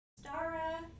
Stara